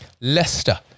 Leicester